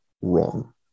wrong